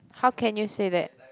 how can you say that